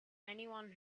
anyone